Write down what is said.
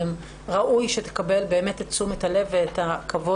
ראוי שתקבל באמת את תשומת הלב והכבוד.